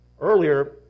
Earlier